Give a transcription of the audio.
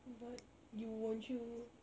but you won't you